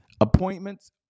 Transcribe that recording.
appointments